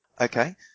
Okay